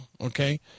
Okay